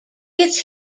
its